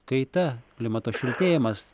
kaita klimato šiltėjimas